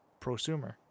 prosumer